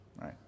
right